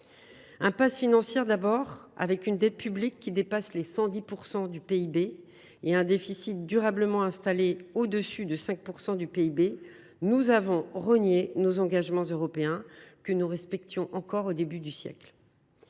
impasse financière, d’abord. Avec une dette publique qui dépasse les 110 % du PIB et un déficit durablement installé au dessus de 5 % du PIB, nous avons renié nos engagements européens, que nous respections encore au début du siècle.